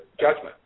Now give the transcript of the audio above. judgment